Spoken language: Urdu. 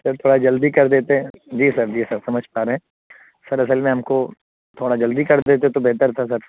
سر تھوڑا جلدی کر دیتے جی سر جی سر سمجھ پا رہے ہیں سر اصل میں ہم کو تھوڑا جلدی کر دیتے تو بہتر تھا سر